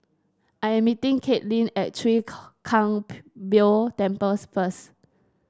I am meeting Kaitlyn at Chwee Kang Beo Temples first